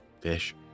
fish